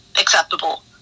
acceptable